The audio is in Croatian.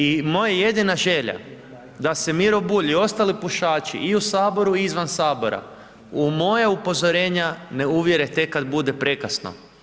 I moja jedina želja da se Miro Bulj i ostali pušači, i u Saboru, i izvan Sabora, u moja upozorenja ne uvjere tek kad bude prekasno.